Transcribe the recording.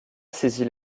saisit